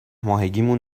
ماهگیمون